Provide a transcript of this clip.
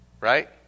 Right